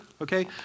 Okay